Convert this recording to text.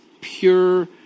pure